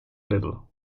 little